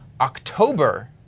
October